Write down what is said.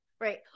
right